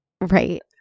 Right